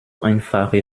einfache